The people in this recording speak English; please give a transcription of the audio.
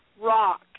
Rock